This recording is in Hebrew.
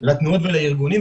המדינה למגפות ולרעידות אדמה.